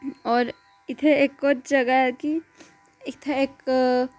होर इ'त्थें इक होर जगह् ऐ की इ'त्थें इक